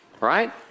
right